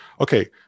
okay